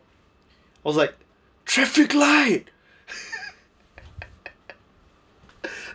I was like traffic light